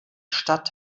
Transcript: stadt